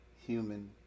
human